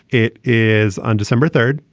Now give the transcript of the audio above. it is on december third.